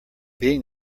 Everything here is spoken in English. being